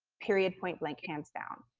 period. point-blank. hands down.